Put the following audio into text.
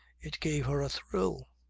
it gave her a thrill.